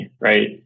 right